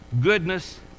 goodness